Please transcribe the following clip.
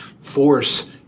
force